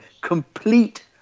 Complete